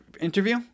interview